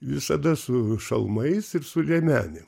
visada su šalmais ir su liemenėm